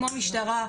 כמו משטרה,